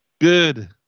Good